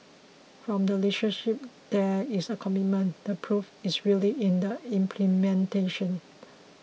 from the leadership there is a commitment the proof is really in the implementation